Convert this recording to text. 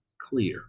clear